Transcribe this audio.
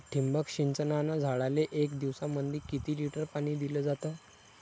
ठिबक सिंचनानं झाडाले एक दिवसामंदी किती लिटर पाणी दिलं जातं?